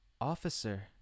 Officer